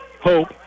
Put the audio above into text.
Hope